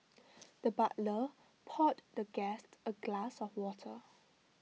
the butler poured the guest A glass of water